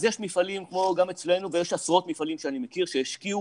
אז יש מפעלים כמו גם אצלנו ויש עשרות מפעלים שאני מכיר שהשקיעו